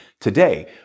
today